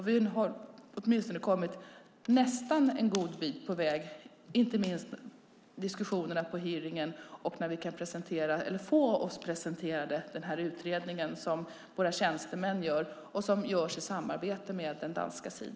Vi har åtminstone kommit en god bit på väg. Inte minst gäller det diskussionen på hearingen och när vi får utredningen presenterad för oss; den görs av våra tjänstemän i samarbete med Danmark.